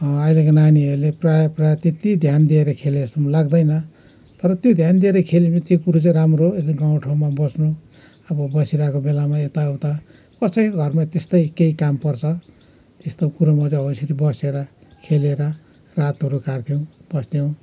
अहिलेको नानीहरूले प्रायः प्रायः त्यति ध्यान दिएर खेलेको जस्तो पनि लाग्दैन तर त्यो ध्यान दिएर खेल्यो भने त्यो कुरो चाहिँ राम्रो हो गाउँ ठाउँमा बस्नु अब बसिरहेको बेलामा यताउता कसैको घरमा त्यस्तै केही काम पर्छ त्यस्तो कुरोमा चाहिँ हो यसरी बसेर खेलेर रातहरू काट्थ्यौँ बस्थ्यौँ